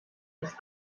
ist